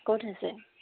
ক'ত আছে